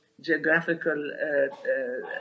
geographical